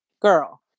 girl